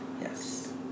Yes